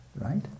right